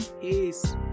Peace